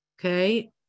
Okay